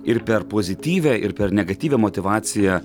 ir per pozityvią ir per negatyvią motyvaciją